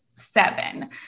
seven